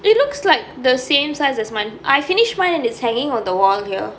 it looks like the same size as mine I finished mine and it's hanging on the wall here